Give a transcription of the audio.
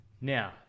Now